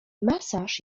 masaż